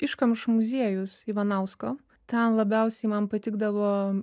iškamšų muziejus ivanausko ten labiausiai man patikdavo